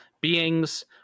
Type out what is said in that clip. beings